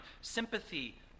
sympathy